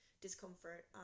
discomfort